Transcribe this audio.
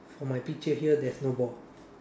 for my picture here there's no ball